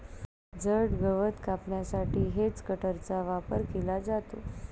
जड गवत कापण्यासाठी हेजकटरचा वापर केला जातो